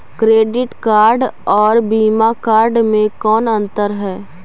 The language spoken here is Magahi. क्रेडिट कार्ड और वीसा कार्ड मे कौन अन्तर है?